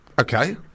Okay